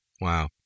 Wow